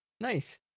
nice